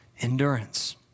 endurance